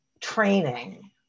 training